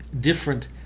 different